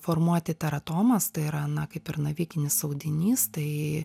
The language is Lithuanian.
formuoti teratomas tai yra na kaip ir navikinis audinys tai